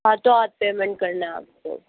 हाथों हाथ पेमेंट करना है आपको